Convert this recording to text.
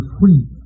free